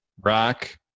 rock